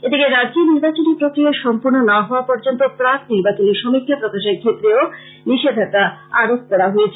এদিকে রাজ্যে নির্বাচনী প্রক্রিয়া সম্পূর্ন না হওয়া পর্যন্ত প্রাক নির্বাচনী সমীক্ষা প্রকাশের ক্ষেত্রেও নিষেধাঞ্জা আরোপ করা হয়েছে